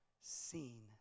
seen